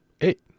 Eight